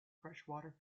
freshwater